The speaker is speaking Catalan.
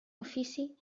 ofici